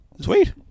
Sweet